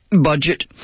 budget